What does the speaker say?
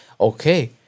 okay